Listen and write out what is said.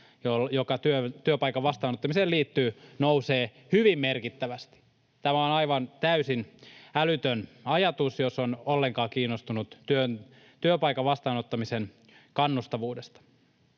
joka työpaikan vastaanottamiseen liittyy, nousee hyvin merkittävästi. Tämä on aivan täysin älytön ajatus, jos on ollenkaan kiinnostunut työpaikan vastaanottamisen kannustavuudesta.